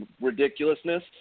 ridiculousness